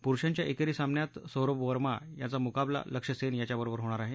प्रुषांच्या एकेरी सामान्यात सौरभ वर्मा यांचा मुकाबला लक्ष्य सेन यांच्याबरोबर होणार आहे